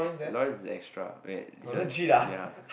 Lawrence is the extra wait this one ya